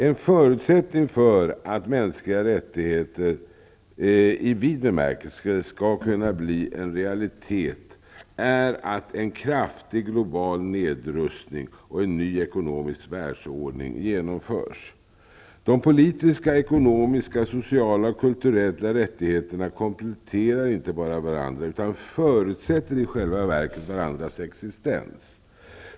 En förutsättning för att mänskliga rättigheter i vid bemärkelse skall kunna bli en realitet är att en kraftig global nedrustning och en ny ekonomisk världsordning genomförs. De politiska, ekonomiska, sociala och kulturella rättigheterna kompletterar inte bara varandra, utan förutsätter i själva verket varandras existens.